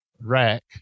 rack